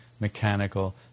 mechanical